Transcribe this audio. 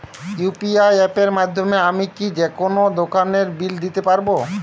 UPI অ্যাপের মাধ্যমে আমি কি যেকোনো দোকানের বিল দিতে পারবো?